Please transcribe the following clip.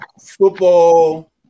football